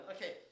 Okay